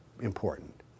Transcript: important